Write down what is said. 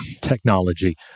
technology